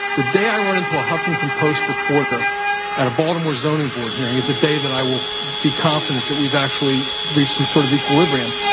the day i run into a huffington post reporter at a baltimore zoning board hearing is the day that i will be confident that we've actually reached some sort of equilibrium.